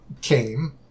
came